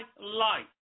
life